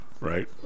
right